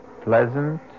pleasant